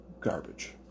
garbage